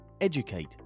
educate